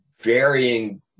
varying